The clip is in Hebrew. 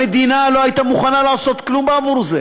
המדינה לא הייתה מוכנה לעשות כלום בעבור זה,